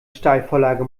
steilvorlage